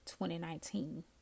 2019